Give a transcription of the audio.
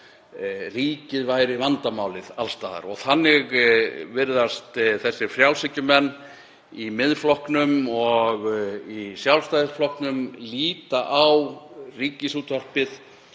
Ríkið væri vandamálið alls staðar og þannig virðast þessir frjálshyggjumenn í Miðflokknum og í Sjálfstæðisflokknum líta á Ríkisútvarpið.